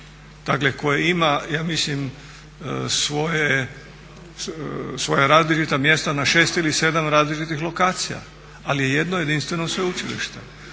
koje ima ja mislim svoja različita mjesta na 6 ili 7 različitih lokacija ali je jedno jedinstveno sveučilište.